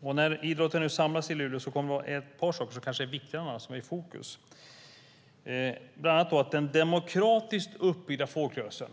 När idrotten nu samlas i Luleå är ett par saker som är viktigare än annat i fokus. Det gäller bland annat den demokratiskt uppbyggda folkrörelsen.